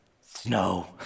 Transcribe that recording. Snow